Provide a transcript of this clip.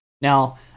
Now